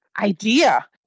idea